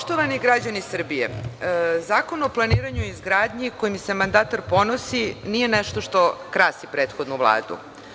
Poštovani građani Srbije, Zakon o planiranju i izgradnji kojim se mandatar ponosi, nije nešto što krasi prethodnu Vladu.